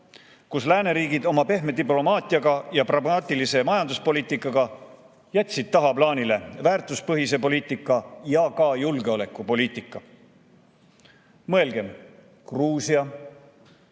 kui lääneriigid oma pehme diplomaatiaga ja pragmaatilise majanduspoliitikaga jätsid tagaplaanile väärtuspõhise poliitika ja ka julgeolekupoliitika. Mõelgem: Gruusia,